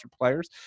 players